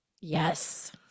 Yes